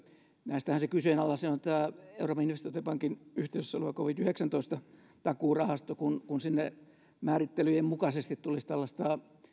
näistähän se kyseenalaisin on tämä euroopan investointipankin yhteydessä oleva covid yhdeksäntoista takuurahasto kun kun sinne määrittelyjen mukaisesti tulisi tällaista